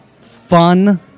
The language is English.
fun